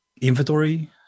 inventory